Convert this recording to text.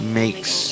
makes